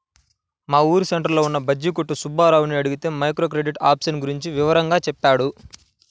మా ఊరు సెంటర్లో ఉన్న బజ్జీల కొట్టు సుబ్బారావుని అడిగితే మైక్రో క్రెడిట్ ఆప్షన్ గురించి వివరంగా చెప్పాడు